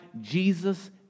jesus